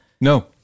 No